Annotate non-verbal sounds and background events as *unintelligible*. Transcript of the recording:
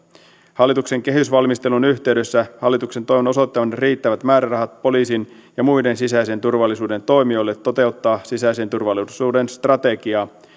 hallituksen kehysvalmistelun yhteydessä hallituksen toivon osoittavan riittävät määrärahat poliisin *unintelligible* ja muiden sisäisen turvallisuuden toimijoille toteuttaa sisäisen turvallisuuden strategiaa